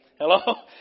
Hello